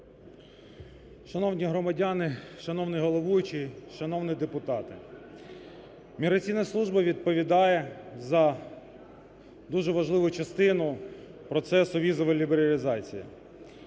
Шановні громадяни, шановний головуючий, шановні депутати! Міграційна служба відповідає за дуже важливу частину процесу візової лібералізації.